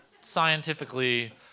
scientifically